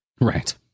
Right